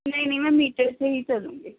نہیں نہیں میں میٹر سے ہی چلوں گی